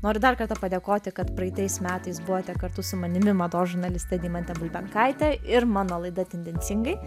noriu dar kartą padėkoti kad praeitais metais buvote kartu su manimi mados žurnaliste deimante bulbenkaite ir mano laida tendencingai